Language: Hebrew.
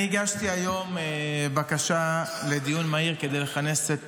אני הגשתי היום בקשה לדיון מהיר כדי לכנס את